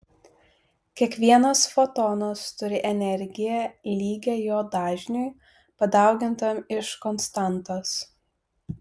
kiekvienas fotonas turi energiją lygią jo dažniui padaugintam iš konstantos